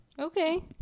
Okay